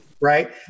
Right